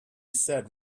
said